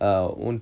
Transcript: uh